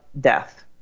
death